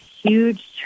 huge